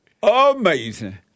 Amazing